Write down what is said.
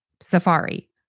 safari